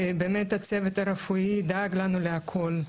באמת הצוות הרפואי דאג לנו לכל.